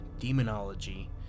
Demonology